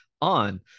on